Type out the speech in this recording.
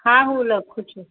હા હું લખું છું